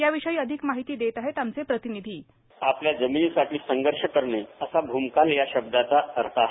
याविषयी अधिक माहिती देत आहेत आमचे प्रतिनिधी आपल्या जमिनीसाठी संघर्ष करणे असा भूमकाल या शब्दाचा अर्थ आहे